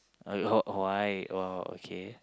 a lot why oh okay